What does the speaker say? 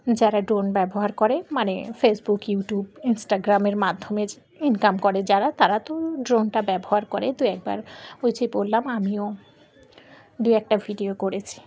যারা ড্রোন ব্যবহার করে মানে ফেসবুক ইউটিউব ইনস্টাগ্রামের মাধ্যমে যে ইনকাম করে যারা তারা তো ড্রোনটা ব্যবহার করে দুই একবার ওই যে বললাম আমিও দুই একটা ভিডিও করেছি